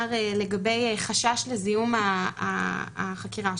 לגבי חשש לזיהום החקירה שלה.